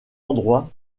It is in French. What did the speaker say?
endroit